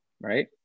right